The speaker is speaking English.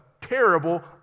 terrible